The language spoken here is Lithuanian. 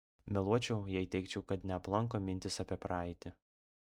meluočiau jei teigčiau kad neaplanko mintys apie praeitį